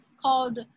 called